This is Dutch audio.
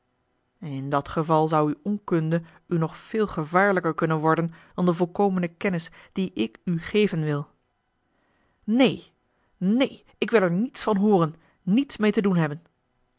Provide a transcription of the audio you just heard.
in dat geval zou uwe onkunde u nog veel gevaarlijker kunnen worden dan de volkomene kennis die ik u geven wil neen neen ik wil er niets van hooren niets meê te doen hebben